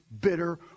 bitter